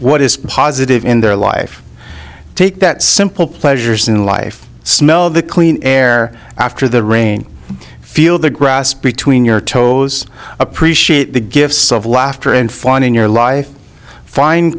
what is positive in their life take that simple pleasures in life smell the clean air after the rain feel the grass between your toes appreciate the gifts of laughter and fun in your life find